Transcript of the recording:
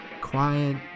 quiet